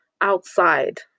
outside